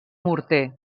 morter